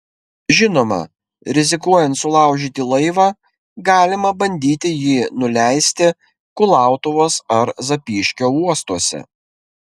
žinoma rizikuojant sulaužyti laivą galima bandyti jį nuleisti kulautuvos ar zapyškio uostuose